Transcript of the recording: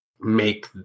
make